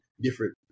different